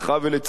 ולצערי,